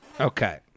Okay